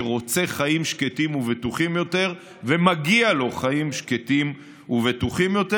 שרוצה חיים שקטים ובטוחים יותר ומגיעים לו חיים שקטים ובטוחים יותר.